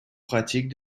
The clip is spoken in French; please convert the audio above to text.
pratiques